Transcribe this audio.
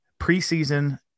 preseason